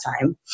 time